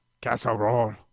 Casserole